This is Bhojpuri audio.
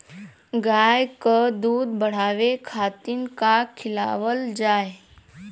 गाय क दूध बढ़ावे खातिन का खेलावल जाय?